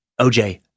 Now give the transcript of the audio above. OJ